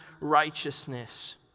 righteousness